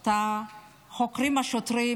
את השוטרים